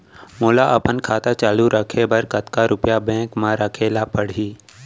मोला अपन खाता चालू रखे बर कतका रुपिया बैंक म रखे ला परही?